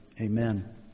amen